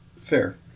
Fair